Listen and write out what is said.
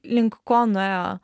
link ko nuėjo